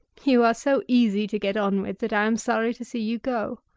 you are so easy to get on with that i am sorry to see you go.